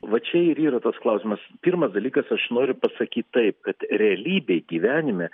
va čia ir yra tas klausimas pirmas dalykas aš noriu pasakyt taip kad realybėj gyvenime